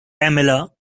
pamela